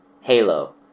halo